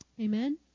Amen